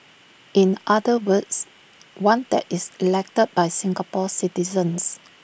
in other words one that is elected by Singapore citizens